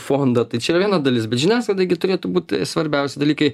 fondą tai čia viena dalis bet žiniasklaidai gi turėtų būt svarbiausi dalykai